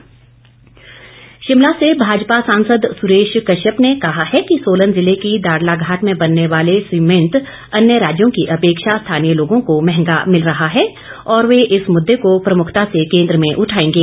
सुरेश कश्यप शिमला से भाजपा सांसद सुरेश कश्यप ने कहा है कि सोलन जिले की दाड़लाघाट में बनने वाला सीमेंट अन्य राज्यों की अपेक्षा स्थानीय लोगों को महंगा मिल रहा है और वे इस मुददे को प्रमुखता से केन्द्र में उठाएंगे